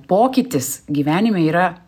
pokytis gyvenime yra